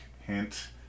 hint